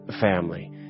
family